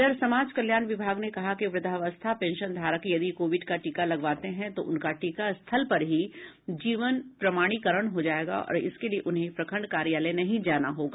इधर समाज कल्याण विभाग ने कहा है कि वृद्धावस्था पेंशनधारक यदि कोविड का टीका लगवाते हैं तो उनका टीका स्थल पर ही जीवन प्रमाणीकरण हो जायेगा और इसके लिये उन्हें प्रखंड कार्यालय नहीं जाना होगा